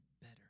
better